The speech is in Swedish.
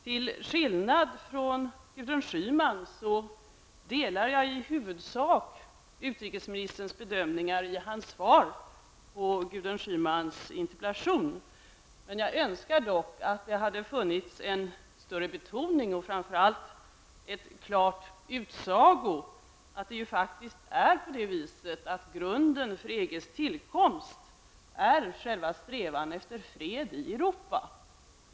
Till skillnad från Gudrun Schyman delar jag i huvudsak utrikesministerns bedömningar i hans svar på Gudrun Schymans interpellation. Men jag önskar dock att det hade funnits en större betoning och framför allt en klar utsaga att grunden för EGs tillkomst är själva strävan efter fred i Europa.